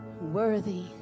worthy